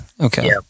Okay